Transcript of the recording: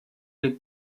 les